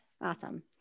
Awesome